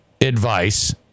Advice